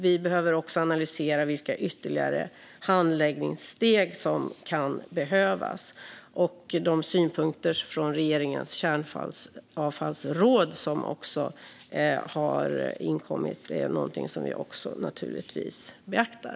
Vi behöver också analysera vilka ytterligare handläggningssteg som kan behövas och de synpunkter från regeringens kärnavfallsråd som har inkommit. Det är någonting som vi naturligtvis beaktar.